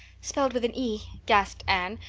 spelled with an e, gasped anne,